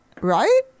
Right